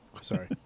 Sorry